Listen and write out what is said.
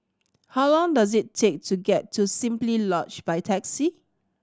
how long does it take to get to Simply Lodge by taxi